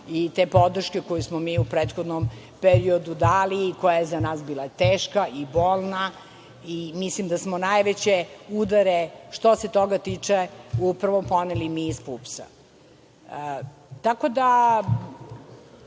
i te podrške koju smo mi u prethodnom periodu dali i koja je za nas bila teška i bolna. Mislim da smo najveće udare što se toga tiče upravo poneli mi iz PUPS-a. Tu jeste